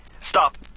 Stop